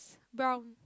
brown